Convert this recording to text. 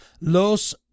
los